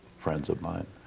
friends of mine,